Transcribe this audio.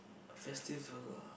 festival ah